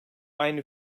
aynı